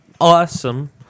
awesome